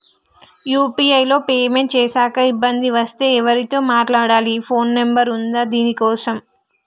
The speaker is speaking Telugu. యూ.పీ.ఐ లో పేమెంట్ చేశాక ఇబ్బంది వస్తే ఎవరితో మాట్లాడాలి? ఫోన్ నంబర్ ఉందా దీనికోసం?